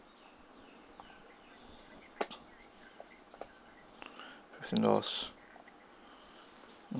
fifteen dollars